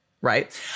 Right